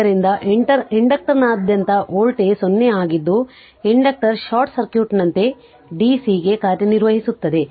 ಆದ್ದರಿಂದ ಇಂಡಕ್ಟರ್ನಾದ್ಯಂತ ವೋಲ್ಟೇಜ್ 0 ಆಗಿದ್ದು ಇಂಡಕ್ಟರ್ ಶಾರ್ಟ್ ಸರ್ಕ್ಯೂಟ್ನಂತೆ dc ಗೆ ಕಾರ್ಯನಿರ್ವಹಿಸುತ್ತದೆ